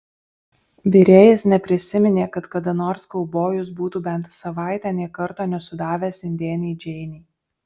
virėjas neprisiminė kad kada nors kaubojus būtų bent savaitę nė karto nesudavęs indėnei džeinei